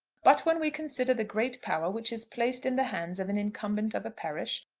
but when we consider the great power which is placed in the hands of an incumbent of a parish,